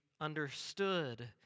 understood